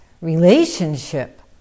relationship